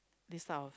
this house